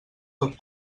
tot